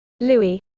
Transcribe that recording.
Louis